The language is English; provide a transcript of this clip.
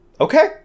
okay